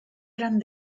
eran